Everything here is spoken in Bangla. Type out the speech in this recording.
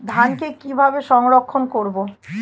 ধানকে কিভাবে সংরক্ষণ করব?